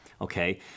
Okay